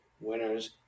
winners